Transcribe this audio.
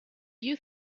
you